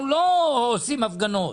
עושים הפגנות,